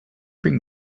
bring